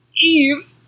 Eve